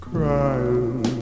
Crying